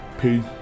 Peace